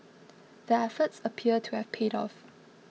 the efforts appear to have paid off